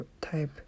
type